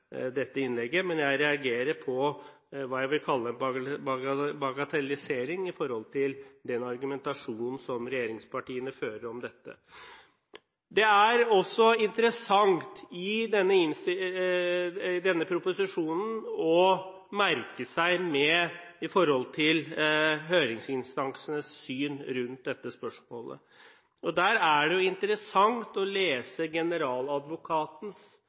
innlegget, men jeg reagerer på hva jeg vil kalle en bagatellisering i den argumentasjonen som regjeringspartiene fører om dette. Det er også interessant å merke seg i denne proposisjonen høringsinstansenes syn rundt dette spørsmålet. Det er interessant å lese generaladvokatens syn på dette